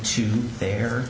to their